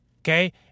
okay